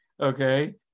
okay